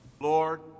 Lord